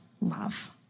love